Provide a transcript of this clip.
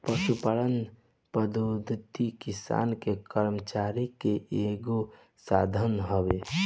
पशुपालन पद्धति किसान के कमाई के एगो साधन हवे